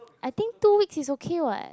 I think two week is okay [what]